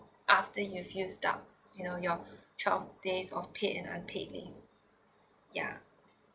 after you've used up you know your twelve days of paid and unpaid leave ya